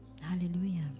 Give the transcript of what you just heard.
hallelujah